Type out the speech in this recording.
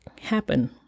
happen